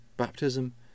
Baptism